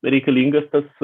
reikalingas tas